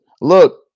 Look